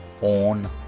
on